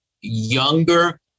younger